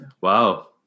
wow